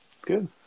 Good